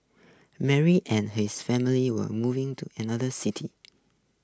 Mary and his family were moving to another city